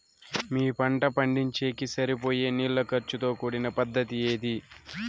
మీ పంట పండించేకి సరిపోయే నీళ్ల ఖర్చు తో కూడిన పద్ధతి ఏది?